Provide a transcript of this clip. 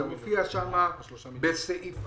לא ראיתי את הסעיף --- זה מופיע שם בסעיף 4,